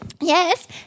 yes